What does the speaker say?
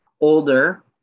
older